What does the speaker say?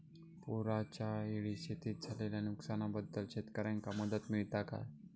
पुराच्यायेळी शेतीत झालेल्या नुकसनाबद्दल शेतकऱ्यांका मदत मिळता काय?